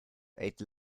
ate